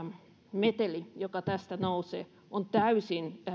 meteli joka tästä nousee on täysin